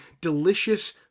Delicious